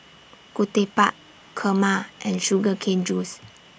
Ketupat Kurma and Sugar Cane Juice